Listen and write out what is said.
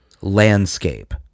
landscape